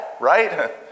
right